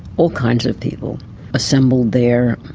all kinds of people assembled there.